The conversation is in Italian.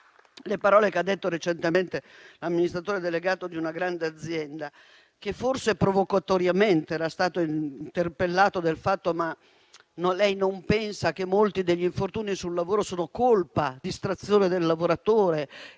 le parole che ha detto recentemente l'amministratore delegato di una grande azienda, che forse provocatoriamente era stato interpellato. Gli era stato chiesto: ma lei non pensa che molti degli infortuni sul lavoro sono colpa della distrazione del lavoratore,